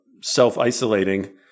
self-isolating